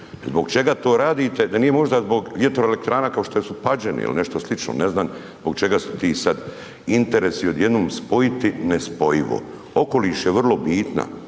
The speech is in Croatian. Zbog čega to radite, da nije možda zbog vjetroelektrana kao što su .../Govornik se ne razumije./... ili nešto slično, ne znam zbog čega su ti sad interesi odjednom spojiti nespojivo. Okoliš je vrlo bitna,